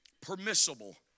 permissible